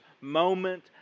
moment